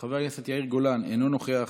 חבר הכנסת יאיר גולן, אינו נוכח,